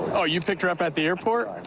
oh, you picked her up at the airport?